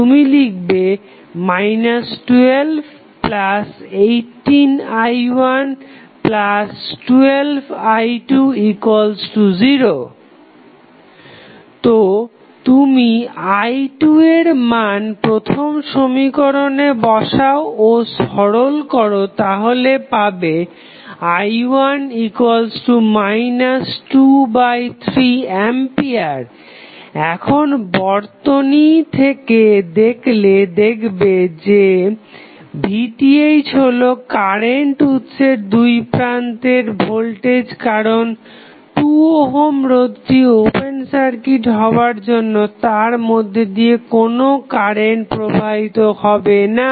তুমি লিখবে 1218i1 12i20 যদি তুমি i2 এর মান প্রথম সমীকরণে বসাও ও সরল করো তাহলে পাবে i1 23A এখন বর্তনী থেকে দেখলে দেখবে যে VTh হলো কারেন্ট উৎসের দুইপ্রান্তের ভোল্টেজ কারণ 2 ওহম রোধটি ওপেন সার্কিট হবার জন্য তার মধ্যে দিয়ে কোনো কারেন্ট প্রবাহিত হবে না